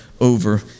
over